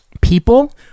people